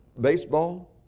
baseball